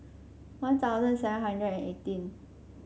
One Thousand seven hundred and eighteen